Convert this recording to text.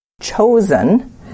chosen